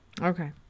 Okay